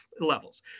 levels